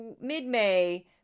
mid-May